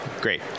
Great